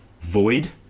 Void